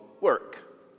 work